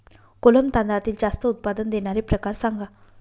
कोलम तांदळातील जास्त उत्पादन देणारे प्रकार सांगा